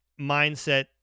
mindset